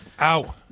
Ow